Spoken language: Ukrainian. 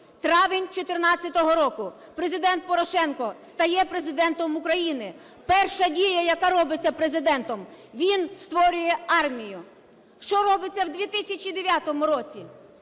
Травень 2014 року. Президент Порошенко стає Президентом України. Перша дія, яка робиться Президентом – він створює армію. Що робиться в 2009 році?